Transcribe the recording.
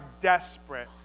desperate